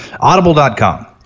audible.com